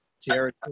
Jared